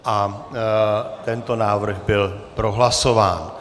A tento návrh byl prohlasován.